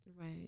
Right